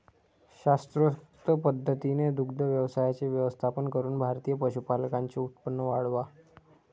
शास्त्रोक्त पद्धतीने दुग्ध व्यवसायाचे व्यवस्थापन करून भारतीय पशुपालकांचे उत्पन्न वाढवा